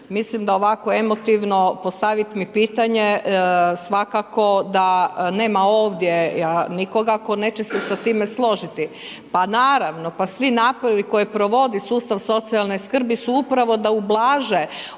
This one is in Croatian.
Mislim da ovako emotivno postaviti mi pitanje, svakako da nema ovdje nikoga tko neće se s time složiti. Pa naravno, pa svi napori, koje provodi sustav socijalne skrbi, su upravo da ublaže ove